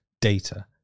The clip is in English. data